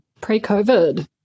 pre-COVID